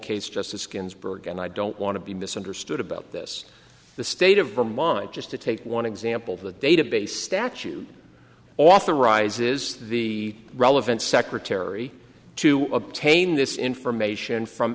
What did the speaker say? case just the skins berg and i don't want to be misunderstood about this the state of vermont just to take one example the database statute authorizes the relevant secretary to obtain this information from